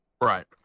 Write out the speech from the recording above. Right